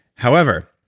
however,